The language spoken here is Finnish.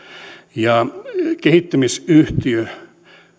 ja kehittämisyhtiö